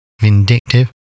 vindictive